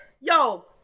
yo